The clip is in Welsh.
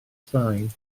sbaen